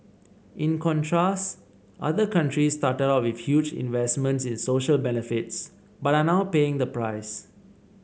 in contrast other countries started out with huge investments in social benefits but are now paying the price